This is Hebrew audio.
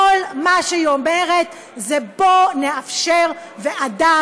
כל מה שהיא אומרת זה: בואו נאפשר ועדה